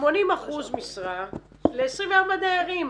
80% משרה ל-24 דיירים.